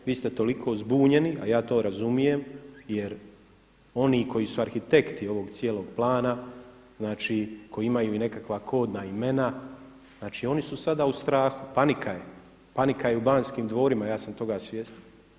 Vi ste toliko zbunjeni a ja to razumijem, jer oni koji su arhitekti ovog cijelog plana, znači koji imaju i nekakva kodna imena, znači oni su sada u strahu, panika je, panika je i u Banskim dvorima, ja sam toga svjestan.